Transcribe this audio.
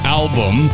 album